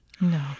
no